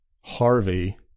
Harvey